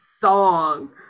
song